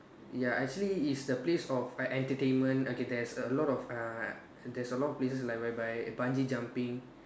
ya actually is the place of entertainment okay there's a lot of uh there's a lot of places like whereby Bungee jumping